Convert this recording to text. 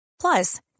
Plus